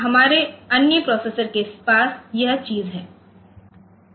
तो हमारे अन्य प्रोसेसर के पास यह चीज है